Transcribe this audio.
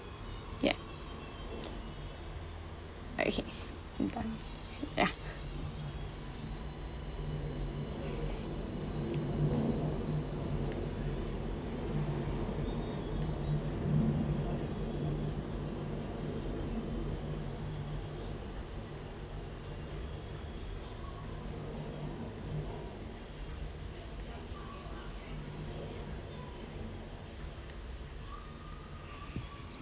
yeah okay yeah